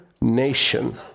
nation